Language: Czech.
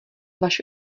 vaše